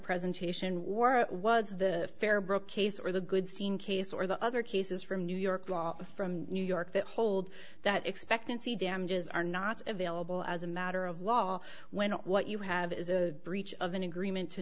presentation war was the fair brooke case or the goodstein case or the other cases from new york law from new york that hold that expectancy damages are not available as a matter of law when what you have is a breach of an agreement to